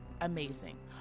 amazing